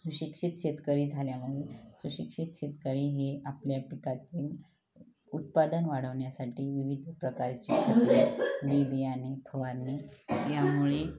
सुशिक्षित शेतकरी झाल्यामुळे सुशिक्षित शेतकरी हे आपल्या पिकातील उत्पादन वाढवण्यासाठी विविध प्रकारचे बी बियाणे फवारणे यामुळे